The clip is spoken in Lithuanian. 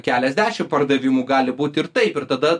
keliasdešim pardavimų gali būt ir taip ir tada